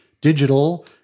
digital